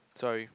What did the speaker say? sorry